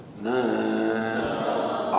No